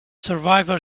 survivor